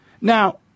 Now